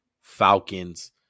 Falcons